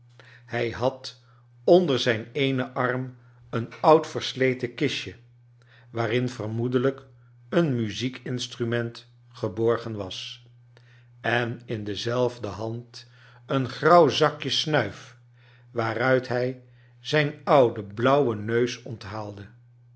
hij had onder zijn eenen arm een oud versleten kistje waarin vermoedelijk een muziekinstrument geborgen was en in dezeifde hand een grauw zakje snuif waaruit hij zijn ouden blauwen neus